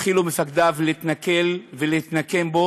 התחילו מפקדיו להתנכל לו ולהתנקם בו